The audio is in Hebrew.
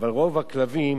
אבל רוב הכלבים,